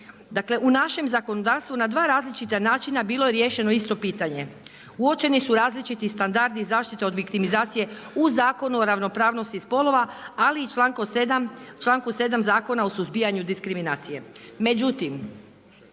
Dakle u našem zakonodavstvu na dva različita načina bilo je riješeno isto pitanje. Uočeni su različiti standardi zaštite od viktimizacije u Zakonu o ravnopravnosti spolova, ali i članku 7. Zakona o suzbijanju diskriminacije.